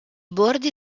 bordi